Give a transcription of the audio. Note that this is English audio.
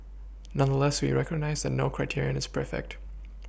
nonetheless we recognise that no criterion is perfect